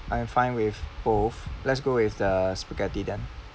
I am fine with both let's go with the spaghetti then